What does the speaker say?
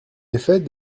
effet